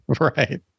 Right